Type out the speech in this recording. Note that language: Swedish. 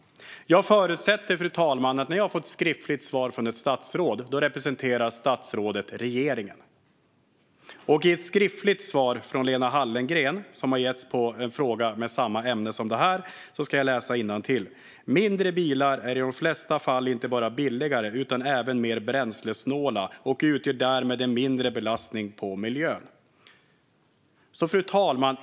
Jag förutsätter, fru talman, att när jag får ett skriftligt svar från ett statsråd representerar statsrådet regeringen. I ett skriftligt svar från Lena Hallengren som har getts på en fråga med samma ämne som nu framgick att mindre bilar i de flesta fall inte bara är billigare utan även mer bränslesnåla och därmed utgör en mindre belastning på miljön. Fru talman!